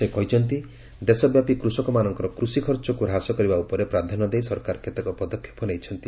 ସେ କହିଛନ୍ତି ଦେଶବ୍ୟାପୀ କୃଷକମାନଙ୍କର କୃଷିଖର୍ଚ୍ଚକୁ ହ୍ରାସ କରିବା ଉପରେ ପ୍ରାଧାନ୍ୟ ଦେଇ ସରକାର କେତେକ ପଦକ୍ଷେପ ନେଇଛନ୍ତି